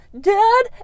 dad